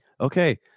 okay